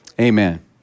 Amen